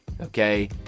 okay